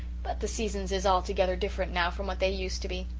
but the seasons is altogether different now from what they used to be.